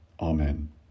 amen